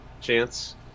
chance